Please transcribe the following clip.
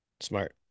Smart